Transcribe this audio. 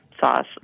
sauce